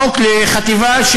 חוק לחטיבה,